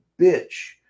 bitch